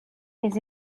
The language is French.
des